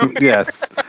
Yes